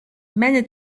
many